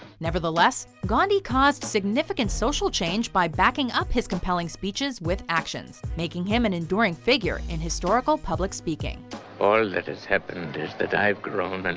nevertheless, gandhi caused significant social change by backin up his compelling speeches with action making him an enduring figure in historical public speaking all that has happened is that i've grown and